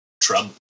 Trump